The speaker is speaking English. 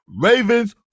ravens